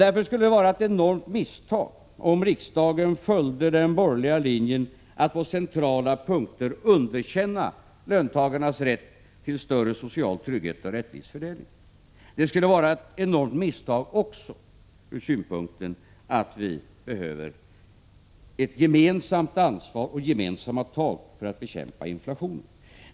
Därför skulle det vara ett enormt misstag av riksdagen att följa den borgerliga linjen att på centrala punkter underkänna löntagarnas rätt till större social trygghet och rättvis fördelning. Det skulle vara ett enormt misstag också ur synpunkten att vi behöver ta ett gemensamt ansvar och gemensamma tag för att bekämpa inflationen.